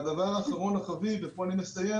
והדבר האחרון החביב ופה אני אסיים